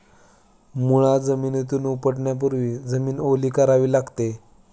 मुळा जमिनीतून उपटण्यापूर्वी जमीन ओली करावी लागते